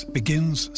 begins